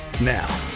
Now